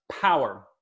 power